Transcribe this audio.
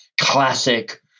classic